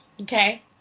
Okay